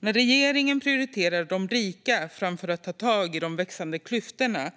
När regeringen prioriterar de rika framför att ta tag i de växande klyftorna